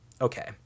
Okay